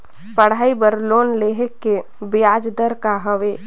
पढ़ाई बर लोन लेहे के ब्याज दर का हवे?